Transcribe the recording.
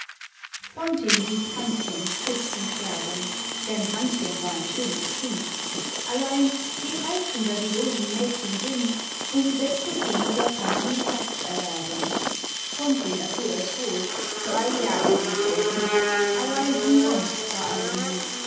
liebt hannchen bis zum sterben denn hannchen war ein schönes kind allein je reizender die losen mädchen sind um desto weniger kann man ihr herz erwerben frontin erfuhr es wohl drei jahre liebt er sie allein umsonst war alle müh